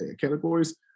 categories